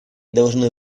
должны